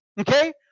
okay